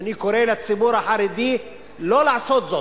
ואני קורא לציבור החרדי לא לעשות זאת,